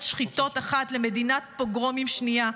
שחיטות אחת למדינת פוגרומים שנייה.